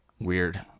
weird